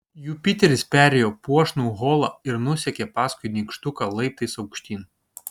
jupiteris perėjo puošnų holą ir nusekė paskui nykštuką laiptais aukštyn